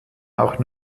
auch